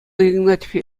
игнатьев